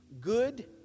Good